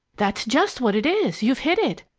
that's just what it is! you've hit it!